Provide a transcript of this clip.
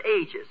ages